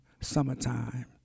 Summertime